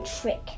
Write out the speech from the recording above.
trick